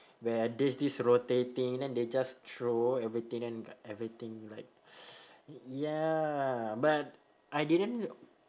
where this this rotating then they just throw everything then everything like ya but I didn't